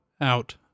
out